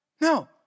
No